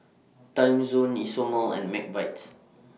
Timezone Isomil and Mcvitie's